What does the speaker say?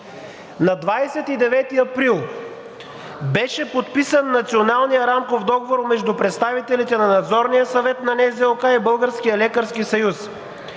На 29 април беше подписан Националният рамков договор между представителите на Надзорния съвет на НЗОК и